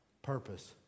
Purpose